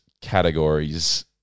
categories